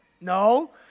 No